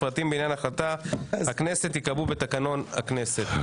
פרטים בעניין החלטת הכנסת ייקבעו בתקנון הכנסת.